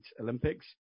olympics